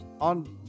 On